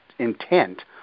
intent